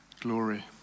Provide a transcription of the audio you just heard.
glory